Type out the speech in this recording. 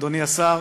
אדוני השר